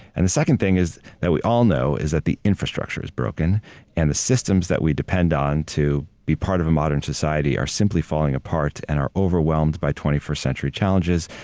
and the second thing is that we all know is that the infrastructure is broken and the systems that we depend on to be part of a modern society are simply falling apart and are overwhelmed by twenty first century challenges.